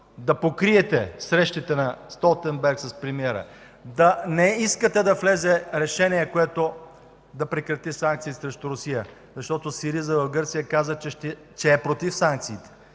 да покриете срещите на Столтенберг с премиера, да не искате да влезе решение, което да прекрати санкции срещу Русия, защото СИРИЗА в Гърция каза, че е против санкциите